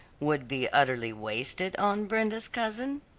would be utterly wasted on brenda's cousin?